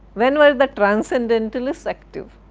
when were the transcendalists active?